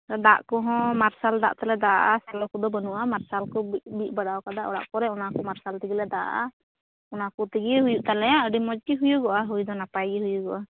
ᱫᱟᱜ ᱠᱚᱦᱚᱸ ᱢᱟᱨᱥᱟᱞ ᱫᱟᱜ ᱛᱮᱞᱮ ᱫᱟᱜ ᱟᱜᱼᱟ ᱥᱮᱞᱚ ᱠᱚᱫᱚ ᱵᱟᱹᱱᱩᱜᱼᱟ ᱢᱟᱨᱥᱟᱞ ᱠᱚ ᱵᱤᱫ ᱵᱤᱫ ᱵᱟᱲᱟ ᱟᱠᱟᱫᱟ ᱚᱲᱟᱜ ᱠᱚᱨᱮ ᱚᱱᱟ ᱠᱚ ᱢᱟᱨᱥᱟᱞ ᱛᱮᱜᱮ ᱞᱮ ᱫᱟᱜ ᱟᱜᱼᱟ ᱚᱱᱟ ᱠᱚ ᱛᱤᱜᱤ ᱦᱩᱭᱩᱜ ᱛᱟᱞᱮᱭᱟ ᱟᱹᱰᱤ ᱢᱚᱡᱽ ᱜᱮ ᱦᱩᱭᱩᱜᱼᱟ ᱦᱩᱭ ᱫᱚ ᱱᱟᱯᱟᱭ ᱜᱮ ᱦᱩᱭᱩᱜᱚᱜᱼᱟ